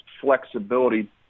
flexibility